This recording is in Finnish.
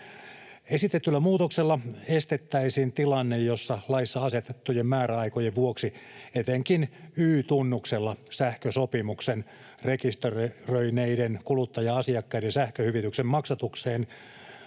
Esitetyllä muutoksella estettäisiin tilanne, jossa laissa asetettujen määräaikojen vuoksi etenkin Y-tunnuksella sähkösopimuksen rekisteröineiden kuluttaja-asiakkaiden sähköhyvityksen maksatukseen